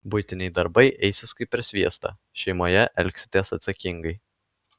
buitiniai darbai eisis kaip per sviestą šeimoje elgsitės atsakingai